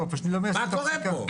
מה קורה פה?